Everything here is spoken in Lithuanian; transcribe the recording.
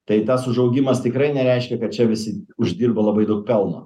tai tas užaugimas tikrai nereiškia kad čia visi uždirba labai daug pelno